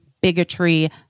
bigotry